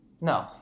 No